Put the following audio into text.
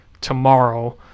tomorrow